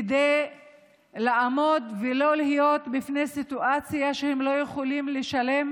כדי שלא יעמדו בפני סיטואציה שבה הם לא יוכלו לשלם